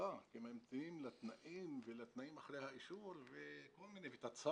אם ממתינים לתנאים ולתנאים אחרי האישור ותצ"ר,